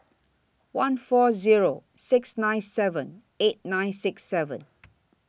one four Zero six nine seven eight nine six seven